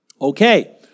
Okay